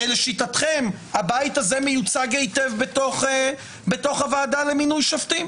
הרי לשיטתכם הבית הזה מיוצג היטב בתוך הוועדה למינוי שופטים.